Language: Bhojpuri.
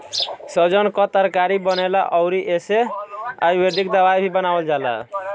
सैजन कअ तरकारी बनेला अउरी एसे आयुर्वेदिक दवाई भी बनावल जाला